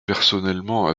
personnellement